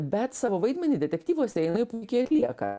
bet savo vaidmenį detektyvuose jinai puikiai atlieka